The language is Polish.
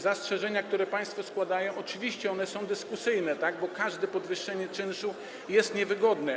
Zastrzeżenia, które państwo składają, oczywiście są dyskusyjne, bo każde podwyższenie czynszu jest niewygodne.